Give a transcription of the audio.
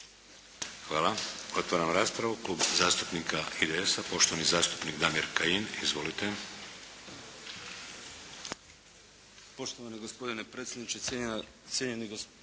Hvala. Otvaram raspravu. Klub zastupnika IDS-a poštovani zastupnik Damir Kajin. Izvolite.